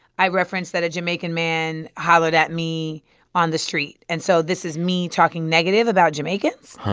i reference that a jamaican man hollered at me on the street. and so this is me talking negative about jamaicans.